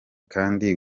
kandi